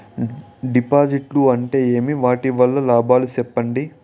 డిపాజిట్లు అంటే ఏమి? వాటి వల్ల లాభాలు సెప్పండి?